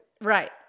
Right